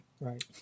Right